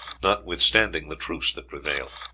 notwithstanding the truce that prevailed.